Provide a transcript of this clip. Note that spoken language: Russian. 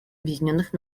объединенных